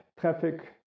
traffic